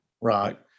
Right